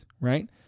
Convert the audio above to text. right